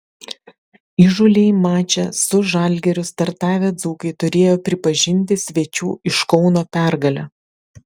įžūliai mače su žalgiriu startavę dzūkai turėjo pripažinti svečių iš kauno pergalę